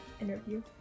interview